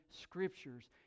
Scriptures